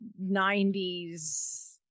90s